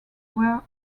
were